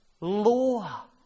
law